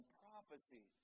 prophecy